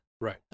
Right